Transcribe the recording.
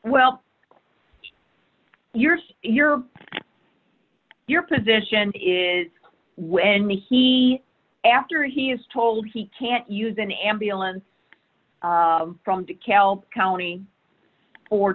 well yours your your position is when the he after he is told he can't use an ambulance from dekalb county or